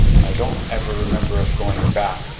i don't ever remember us going back.